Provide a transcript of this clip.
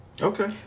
Okay